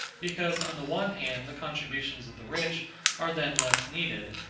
because on the one hand the contributions of the rich are then less needed,